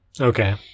Okay